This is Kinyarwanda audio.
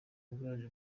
bwaje